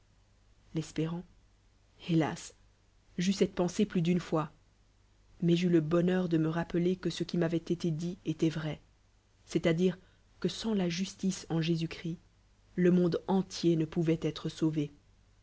esl l'é élé plus d'une fois mais j'eus le bon heur de me rappeler que ce qui m'avoit été dit étoit vrai cest â dire que sans la justice en jésus-christ le monde entier ne pouvoit être sauvé